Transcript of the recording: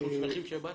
אנחנו שמחים שבאתם.